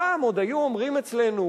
פעם עוד היו אומרים אצלנו: